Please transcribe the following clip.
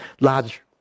large